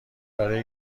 برای